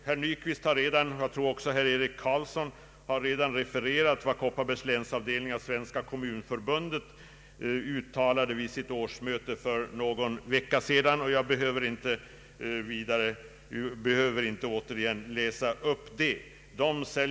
Herr Nyquist — och jag tror även herr Eric Carlsson — har redan refe rerat vad Kopparbergs länsavdelning av Svenska kommunförbundet uttalade vid sitt årsmöte för någon vecka sedan, och jag behöver inte åter läsa upp detta.